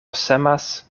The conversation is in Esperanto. semas